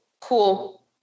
cool